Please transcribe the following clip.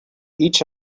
each